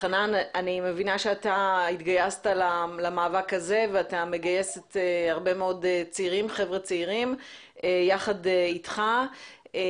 מבינה שאתה התגייסת למאבק הזה ואתה מגייס הרבה מאוד צעירים יחד אתך.